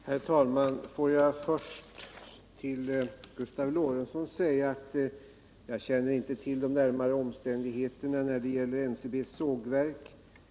Herr talman! Jag vill först till Gustav Lorentzon säga att jag inte känner till de närmare omständigheterna beträffande NCB:s sågverk.